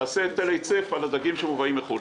תעשה היטל היצף על הדגים שמובאים מחו"ל.